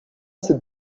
cette